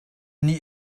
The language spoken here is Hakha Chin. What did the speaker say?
nih